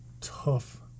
tough